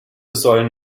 sollen